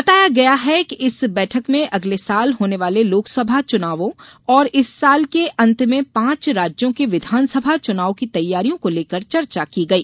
बताया गया है कि इस बैठक में अगले साल होने वाले लोकसभा चुनावों और इस साल के अन्त में पांच राज्यों के विधानसभा चुनाव की तैयारियों को लेकर चर्चा की गई